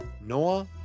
Noah